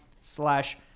slash